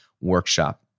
workshop